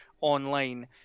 online